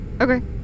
okay